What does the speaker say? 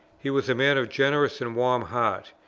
he was a man of generous and warm heart.